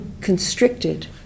constricted